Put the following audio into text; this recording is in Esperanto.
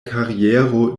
kariero